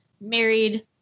married